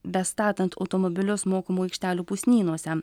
bestatant automobilius mokamų aikštelių pusnynuose